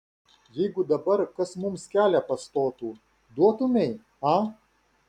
jeigu dabar kas mums kelią pastotų duotumei a